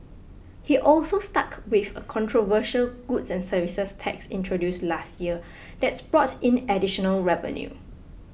he also stuck with a controversial goods and services tax introduced last year that's brought in additional revenue